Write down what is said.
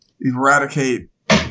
eradicate